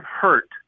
hurt